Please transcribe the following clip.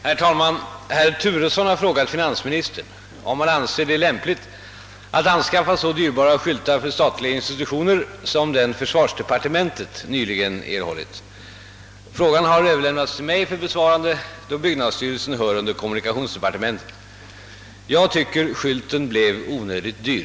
Herr talman! Herr Turesson har frågat finansministern, om han anser det lämpligt att anskaffa så dyrbara skyltar för statliga institutioner som den försvarsdepartementet nyligen erhållit. Frågan har överlämnats till mig för besvarande, då byggnadsstyrelsen hör under kommunikationsdepartementet. Jag tycker skylten blev onödigt dyr.